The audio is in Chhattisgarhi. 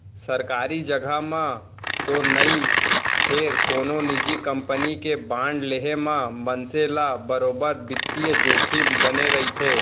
सरकारी जघा म तो नई फेर कोनो निजी कंपनी के बांड लेहे म मनसे ल बरोबर बित्तीय जोखिम बने रइथे